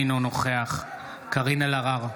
אינו נוכח קארין אלהרר,